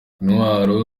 intwaro